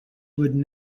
would